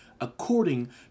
according